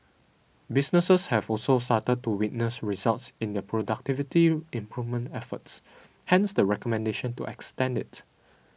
businesses have also started to witness results in their productivity improvement efforts hence the recommendation to extend it